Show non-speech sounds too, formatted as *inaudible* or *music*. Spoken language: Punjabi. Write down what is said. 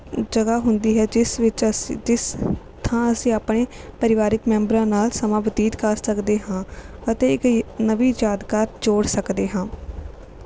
ਜਗ੍ਹਾ ਹੁੰਦੀ ਹੈ ਜਿਸ ਵਿੱਚ ਅਸੀਂ ਜਿਸ ਥਾਂ ਅਸੀਂ ਆਪਣੇ ਪਰਿਵਾਰਕ ਮੈਂਬਰਾਂ ਨਾਲ ਸਮਾਂ ਬਤੀਤ ਕਰ ਸਕਦੇ ਹਾਂ ਅਤੇ ਇੱਕ *unintelligible* ਨਵੀਂ ਯਾਦਗਾਰ ਜੋੜ ਸਕਦੇ ਹਾਂ